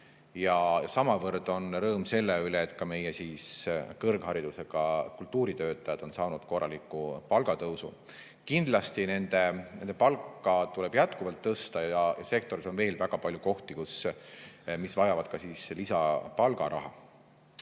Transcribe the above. Ja samavõrd on rõõm selle üle, et ka meie kõrgharidusega kultuuritöötajad on saanud korraliku palgatõusu. Kindlasti tuleb nende palka jätkuvalt tõsta ja sektoris on veel väga palju kohti, mis vajavad lisapalgaraha. Nädala